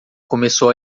começou